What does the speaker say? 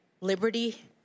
liberty